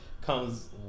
comes